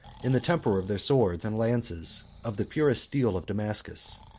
in the temper of their swords and lances of the purest steel of damascus,